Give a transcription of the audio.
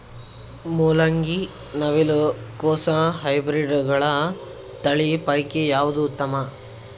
ಮೊಲಂಗಿ, ನವಿಲು ಕೊಸ ಹೈಬ್ರಿಡ್ಗಳ ತಳಿ ಪೈಕಿ ಯಾವದು ಉತ್ತಮ?